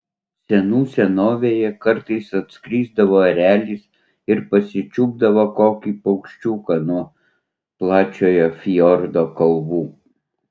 senų senovėje kartais atskrisdavo erelis ir pasičiupdavo kokį paukščiuką nuo plačiojo fjordo kalvų